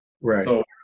Right